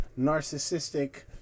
narcissistic